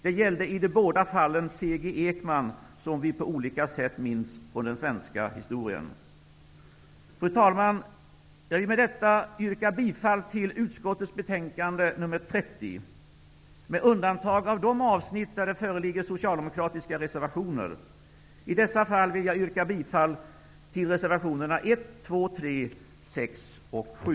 Det gällde i båda fallen C-G Ekman, som vi på olika sätt minns från den svenska historien. Fru talman! Med detta yrkar jag bifall till utskottets betänkande nr 30 med undantag av de avsnitt där det föreligger socialdemokratiska reservationer. I dessa fall yrkar jag bifall till reservationerna nr 1, 2,